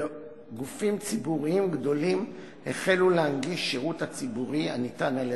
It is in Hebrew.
וגופים ציבוריים גדולים החלו להנגיש השירות הציבורי הניתן על-ידם.